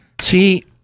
See